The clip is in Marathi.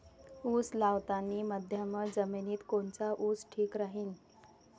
उस लावतानी मध्यम जमिनीत कोनचा ऊस ठीक राहीन?